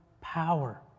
power